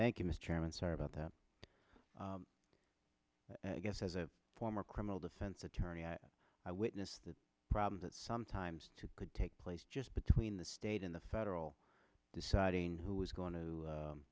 thank you mr chairman sorry about that i guess as a former criminal defense attorney i witness the problem that sometimes too could take place just between the state and the federal deciding who is going to